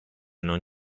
non